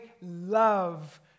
love